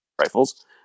rifles